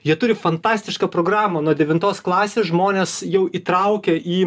jie turi fantastišką programą nuo devintos klasės žmones jau įtraukia į